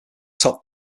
top